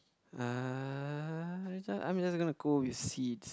uh I mean that's gonna go with seeds